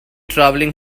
travelling